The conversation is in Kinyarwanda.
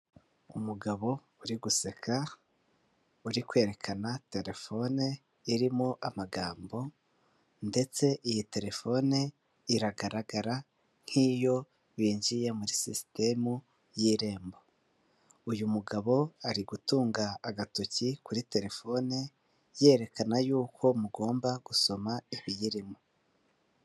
Umugabo uri guseka uri kwerekana telefone irimo amagambo, ndetse iyi telefone iragaragara nk'iyo binjiye muri sisitemu y'irembo. Uyu mugabo ari gutunga agatoki kuri telefone yerekana yuko mugomba gusoma ibiyirimo.